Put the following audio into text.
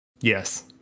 Yes